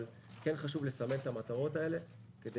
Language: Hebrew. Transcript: אבל כן חשוב לסמן את המטרות האלה כדי